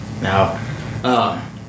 Now